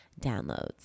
downloads